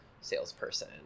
salesperson